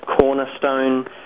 cornerstone